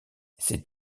c’est